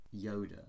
yoda